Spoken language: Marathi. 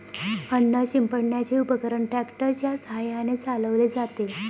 अन्न शिंपडण्याचे उपकरण ट्रॅक्टर च्या साहाय्याने चालवले जाते